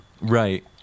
Right